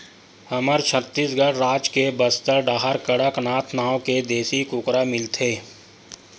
हमर छत्तीसगढ़ राज के बस्तर डाहर कड़कनाथ नाँव के देसी कुकरा मिलथे